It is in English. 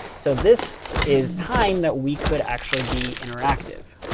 so this is time that we could actually be interactive.